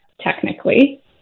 technically